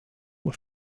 were